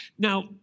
Now